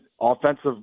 offensive